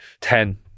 ten